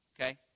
okay